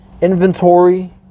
Inventory